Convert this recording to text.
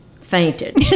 fainted